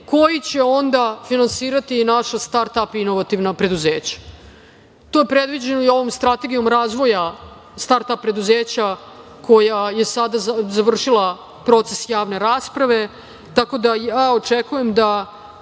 koji će onda finansirati i naša start-ap inovativna preduzeća. To je predviđeno i ovom strategijom razvoja start-ap preduzeća koja je sada završila proces javne rasprave, tako da ja očekujem da